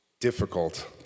difficult